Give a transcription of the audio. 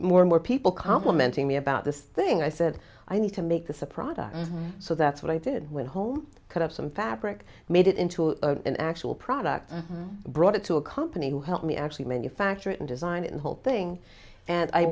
more and more people complimenting me about this thing i said i need to make this a product and so that's what i did went home cut up some fabric made it into an actual product brought it to a company who helped me actually manufacture it and designed it whole thing and i